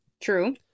true